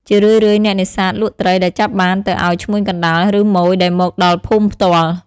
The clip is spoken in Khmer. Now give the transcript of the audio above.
ជារឿយៗអ្នកនេសាទលក់ត្រីដែលចាប់បានទៅឱ្យ ឈ្មួញកណ្តាល ឬម៉ូយដែលមកដល់ភូមិផ្ទាល់។